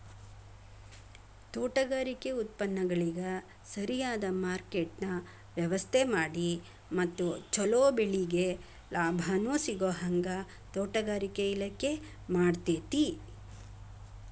ತೋಟಗಾರಿಕೆ ಉತ್ಪನ್ನಗಳಿಗ ಸರಿಯದ ಮಾರ್ಕೆಟ್ನ ವ್ಯವಸ್ಥಾಮಾಡಿ ಮತ್ತ ಚೊಲೊ ಬೆಳಿಗೆ ಲಾಭಾನೂ ಸಿಗೋಹಂಗ ತೋಟಗಾರಿಕೆ ಇಲಾಖೆ ಮಾಡ್ತೆತಿ